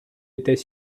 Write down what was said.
était